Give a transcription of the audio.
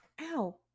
Ow